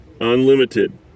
unlimited